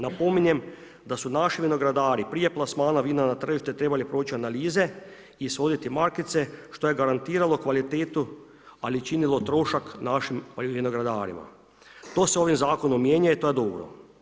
Napominjem, da su naši vinogradari, prije plasmana vina na tržište trebale proći analize ishoditi markice što je garantiralo kvalitetu ali trošak našim vinogradarima, to se ovim zakonom mijenja i to je dobro.